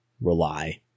rely